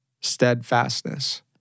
steadfastness